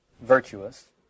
virtuous